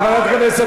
חברת הכנסת